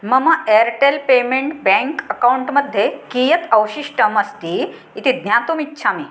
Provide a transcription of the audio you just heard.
मम Airtel payment bank account मध्ये कियत् अवशिष्टम् अस्ति इति ज्ञातुमिच्छामि